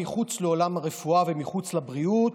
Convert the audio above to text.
מחוץ לעולם הרפואה ומחוץ לבריאות.